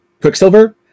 Quicksilver